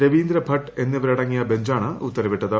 രവീന്ദ്ര ഭട്ട് എന്നിവരടങ്ങിയ ബഞ്ചാണ് ഉത്തരവിട്ടത്